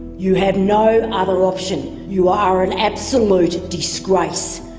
you have no other option. you are an absolute disgrace,